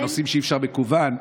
בנושאים שאי-אפשר מקוון,